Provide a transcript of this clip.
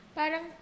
parang